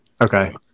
Okay